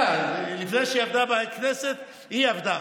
לפני שהיא עבדה בכנסת, היא עבדה.